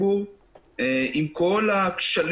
את זה אנחנו יכולים לומר בפרספקטיבה של תשעה שבועות.